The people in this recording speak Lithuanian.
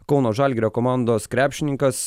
kauno žalgirio komandos krepšininkas